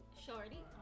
shorty